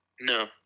No